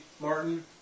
Martin